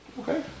okay